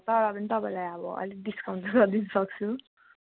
तर पनि तपाईँलाई अब अलिक डिस्काउन्ट त गरिदिनुसक्छु